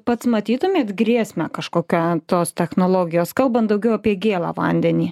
pats matytumėt grėsmę kažkokią tos technologijos kalbant daugiau apie gėlą vandenį